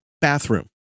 bathroom